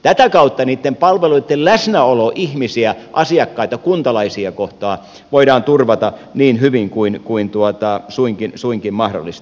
tätä kautta niitten palveluitten läsnäolo ihmisiä asiakkaita kuntalaisia kohtaan voidaan turvata niin hyvin kuin suinkin mahdollista